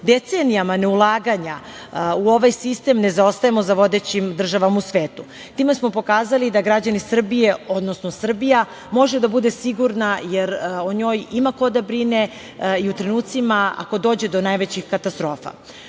decenijama ne ulaganja u ovaj sistem ne zaostajemo za vodećim državama u svetu. Time smo pokazali da građani Srbije, odnosno Srbija može da bude sigurna, jer o njoj ima ko da brine i u trenucima ako dođe do najvećih katastrofa. Uređenje